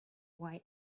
why